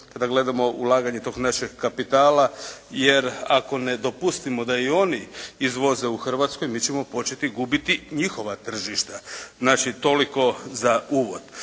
kada gledamo ulaganje tog našeg kapitala jer ako ne dopustimo da i oni izvoze u Hrvatskoj mi ćemo početi gubiti njihova tržišta. Znači toliko za uvod.